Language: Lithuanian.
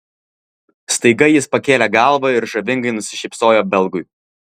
staiga jis pakėlė galvą ir žavingai nusišypsojo belgui